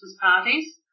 parties